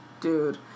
Dude